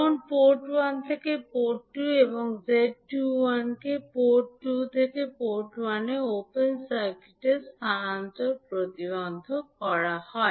যখন পোর্ট 1 থেকে পোর্ট 2 এবং 𝐳21 কে পোর্ট 2 থেকে পোর্ট 1 তে ওপেন সার্কিট স্থানান্তর প্রতিবন্ধক বলা হয়